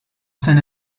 san